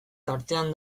tartean